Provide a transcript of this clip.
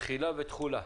תחילה ותחולה.